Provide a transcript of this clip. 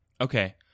Okay